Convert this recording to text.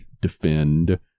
defend